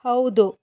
ಹೌದು